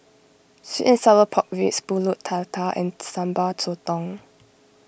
Sweet and Sour Pork Ribs Pulut Tatal and Sambal Sotong